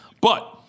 But-